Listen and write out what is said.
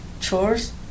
chores